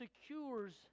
secures